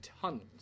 tunnels